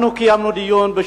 אנחנו קיימנו היום,